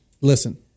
listen